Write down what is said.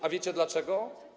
A wiecie dlaczego?